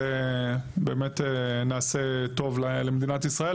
ובאמת נעשה טוב למדינת ישראל,